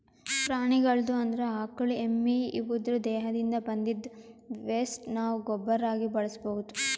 ಪ್ರಾಣಿಗಳ್ದು ಅಂದ್ರ ಆಕಳ್ ಎಮ್ಮಿ ಇವುದ್ರ್ ದೇಹದಿಂದ್ ಬಂದಿದ್ದ್ ವೆಸ್ಟ್ ನಾವ್ ಗೊಬ್ಬರಾಗಿ ಬಳಸ್ಬಹುದ್